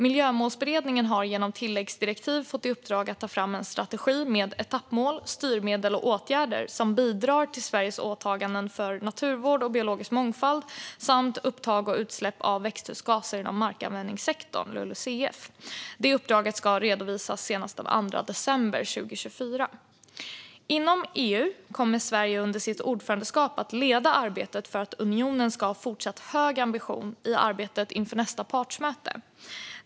Miljömålsberedningen har genom tilläggsdirektiv fått i uppdrag att ta fram en strategi med etappmål, styrmedel och åtgärder som bidrar till Sveriges åtaganden för naturvård och biologisk mångfald samt upptag och utsläpp av växthusgaser inom markanvändningssektorn, LULUCF. Det uppdraget ska redovisas senast den 2 december 2024. Inom EU kommer Sverige under sitt ordförandeskap att leda arbetet för att unionen ska ha fortsatt hög ambition i arbetet inför nästa partsmöte.